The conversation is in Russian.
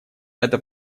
это